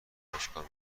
دانشگاه